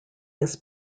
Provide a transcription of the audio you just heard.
this